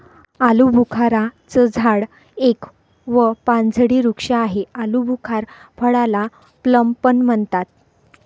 आलूबुखारा चं झाड एक व पानझडी वृक्ष आहे, आलुबुखार फळाला प्लम पण म्हणतात